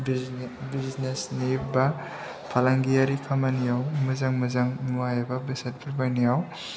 बिजनेसनि एबा फालांगियारि खामानियाव मोजां मोजां मुवा एबा बेसादफोर बायनायाव